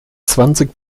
zwanzig